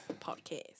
Podcast